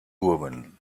women